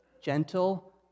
gentle